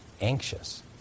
anxious